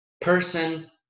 Person